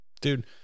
Dude